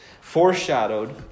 foreshadowed